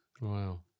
Wow